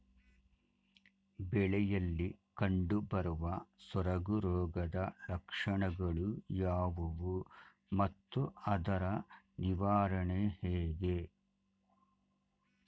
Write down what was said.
ಬೆಳೆಯಲ್ಲಿ ಕಂಡುಬರುವ ಸೊರಗು ರೋಗದ ಲಕ್ಷಣಗಳು ಯಾವುವು ಮತ್ತು ಅದರ ನಿವಾರಣೆ ಹೇಗೆ?